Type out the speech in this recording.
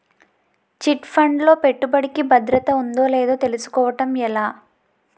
Chit fund లో పెట్టుబడికి భద్రత ఉందో లేదో తెలుసుకోవటం ఎలా?